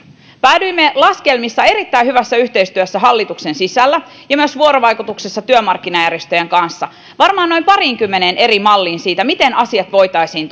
päädyimme laskelmissa erittäin hyvässä yhteistyössä hallituksen sisällä ja myös vuorovaikutuksessa työmarkkinajärjestöjen kanssa varmaan noin pariinkymmeneen eri malliin siitä miten asiat voitaisiin